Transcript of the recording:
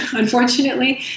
unfortunately.